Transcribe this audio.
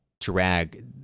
drag